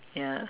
ya